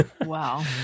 Wow